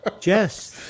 Jess